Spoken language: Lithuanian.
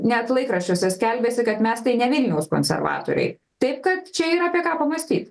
net laikraščiuose skelbiasi kad mes tai ne vilniaus konservatoriai taip kad čia yra apie ką pamąstyt